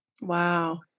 Wow